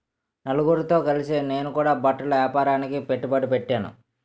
నలుగురితో కలిసి నేను కూడా బట్టల ఏపారానికి పెట్టుబడి పెట్టేను